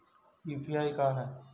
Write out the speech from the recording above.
UPI का है?